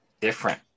Different